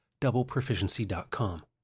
DoubleProficiency.com